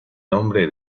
nombre